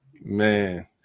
Man